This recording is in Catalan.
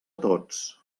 tots